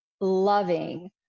loving